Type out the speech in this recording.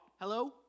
hello